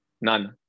None